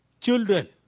children